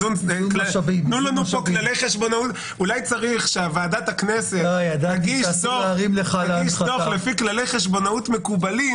אולי צריך שוועדת הכנסת תגיש דוח לפי כללי חשבונאות מקובלים